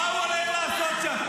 מה הוא הולך לעשות שם?